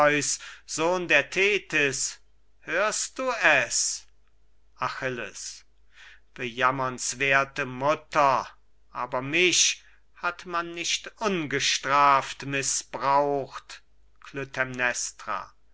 sohn der thetis hörst du es achilles bejammernswerthe mutter aber mich hat man nicht ungestraft mißbraucht